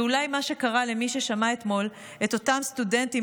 זה אולי מה שקרה למי ששמע אתמול את אותם סטודנטים